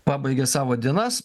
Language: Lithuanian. pabaigė savo dienas